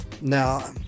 Now